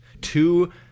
Two